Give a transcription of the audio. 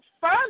further